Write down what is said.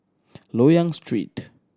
Loyang Street